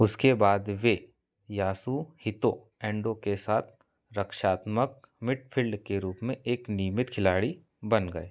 उसके बाद वे यासुहितो एंडो के साथ रक्षात्मक मिडफिल्ड के रूप में एक नियमित खिलाड़ी बन गए